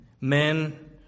men